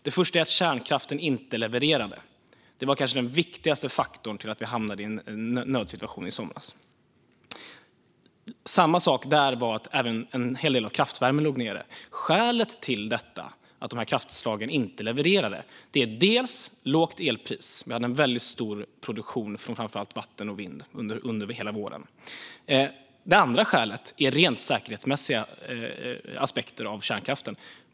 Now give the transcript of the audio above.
Den första var att kärnkraften inte levererade. Det var kanske den viktigaste faktorn för att vi hamnade i en nödsituation i somras. Även en hel del av kraftvärmen låg nere. Ett skäl till att dessa kraftslag inte levererade var att det var ett lågt elpris. Vi hade en väldigt stor produktion från framför allt vatten och vind under hela våren. Det andra skälet handlar om rent säkerhetsmässiga aspekter på kärnkraften.